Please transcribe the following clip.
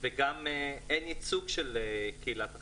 וגם אין ייצוג של קהילת החירשים,